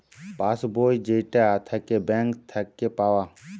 pass বই যেইটা থাকে ব্যাঙ্ক থাকে পাওয়া